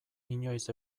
inoiz